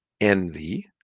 envy